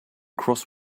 cross